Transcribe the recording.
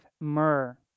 myrrh